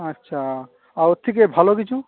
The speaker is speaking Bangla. আচ্ছা আর ওর থেকে ভালো কিছু